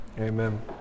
Amen